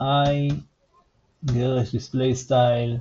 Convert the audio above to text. i ℓ ′ \displaystyle i'_{\ell}